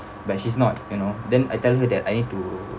but she's not you know then I tell her that I need to